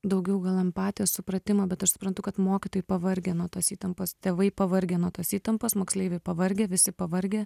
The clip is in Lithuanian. daugiau gal empatijos supratimo bet aš suprantu kad mokytojai pavargę nuo tos įtampos tėvai pavargę nuo tos įtampos moksleiviai pavargę visi pavargę